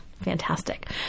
Fantastic